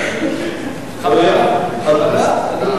חבר הכנסת בן-ארי.